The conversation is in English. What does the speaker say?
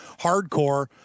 hardcore